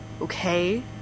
Okay